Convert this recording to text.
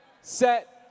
set